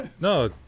No